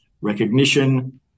recognition